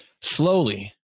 Slowly